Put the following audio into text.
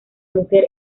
mujer